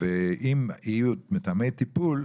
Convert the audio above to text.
ואם יהיו מתאמי טיפול,